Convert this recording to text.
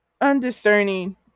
undiscerning